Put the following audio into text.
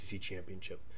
championship